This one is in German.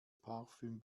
parfüm